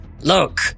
look